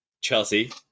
Chelsea